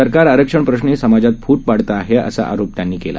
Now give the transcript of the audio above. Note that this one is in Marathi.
सरकार आरक्षण प्रश्नी समाजात फूट पाडत आहे असा आरोप त्यांनी केला